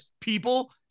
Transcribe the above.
people